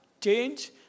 change